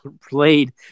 played